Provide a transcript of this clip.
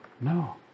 no